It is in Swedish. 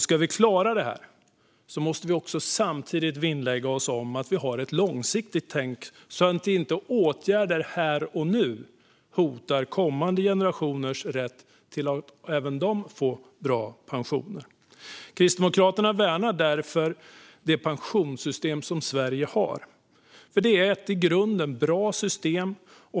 Ska vi klara detta måste vi samtidigt vinnlägga oss om att vi har ett långsiktigt tänk så att inte åtgärder här och nu hotar kommande generationers rätt till att även de få bra pensioner. Kristdemokraterna värnar därför det pensionssystem som Sverige har. Det är ett i grunden bra system.